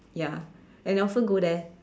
ya and I often go there